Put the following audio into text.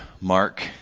Mark